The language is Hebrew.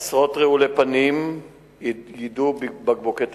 עשרות רעולי פנים יידו בקבוקי תבערה,